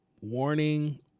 warning